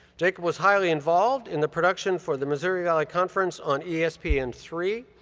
jacob was highly involved in the production for the missouri valley conference on e s p n three,